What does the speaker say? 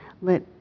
Let